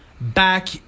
back